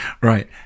Right